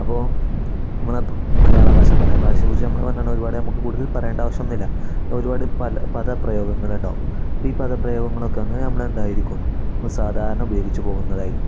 അപ്പോൾ നമ്മൾ മലയാള ഭാഷ പറഞ്ഞു ഭാഷെക്കുറിച്ചു നമ്മൾ പറന്ന ഒരുപാട് നമുക്ക് കൂടുതൽ പറയേണ്ട ആവശ്യമൊന്നുമില്ല ഒരുപാട് പല പദപ്രയോഗങ്ങളുണ്ടാവും ഈ പദപ്രയോഗങ്ങളൊക്കെ ഒന്ന് നമ്മൾ എന്തായിരിക്കുംള് സാധാരണ ഉപയോഗിച്ചു പോകുന്നതായിും